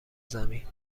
زمین